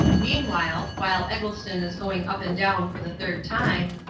meanwhile while eggleston is going up and down for the third time,